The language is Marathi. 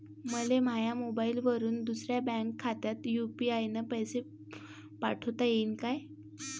मले माह्या मोबाईलवरून दुसऱ्या बँक खात्यात यू.पी.आय न पैसे पाठोता येईन काय?